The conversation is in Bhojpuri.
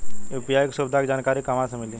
यू.पी.आई के सुविधा के जानकारी कहवा से मिली?